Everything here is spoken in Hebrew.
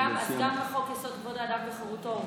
אז חוק-יסוד: כבוד האדם וחירותו,